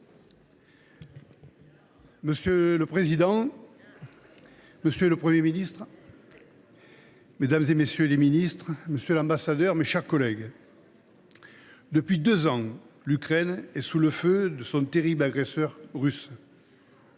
Monsieur le président, monsieur le Premier ministre, mesdames, messieurs les ministres, monsieur l’ambassadeur, mes chers collègues, depuis deux ans, l’Ukraine est sous le feu de son terrible agresseur russe.